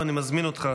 ואני כמובן מזמין אותך,